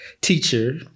teacher